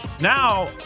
Now